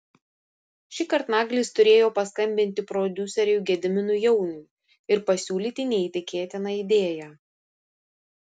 šįkart naglis turėjo paskambinti prodiuseriui gediminui jauniui ir pasiūlyti neįtikėtiną idėją